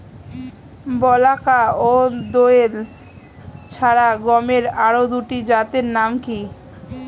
বলাকা ও দোয়েল ছাড়া গমের আরো দুটি জাতের নাম কি?